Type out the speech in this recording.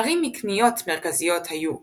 ערים מיקניות מרכזיות היו מיקנה,